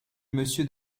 monsieur